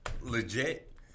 legit